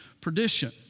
perdition